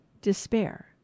despair